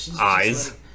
Eyes